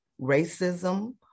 racism